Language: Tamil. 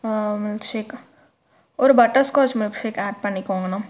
ஆ மில்க் ஷேக் ஒரு butterscotch milkshake add பண்ணிக்கோங்கண்ணா